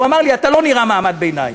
הוא אמר לי: אתה לא נראה מעמד ביניים.